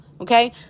Okay